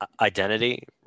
identity